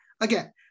again